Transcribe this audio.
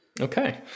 Okay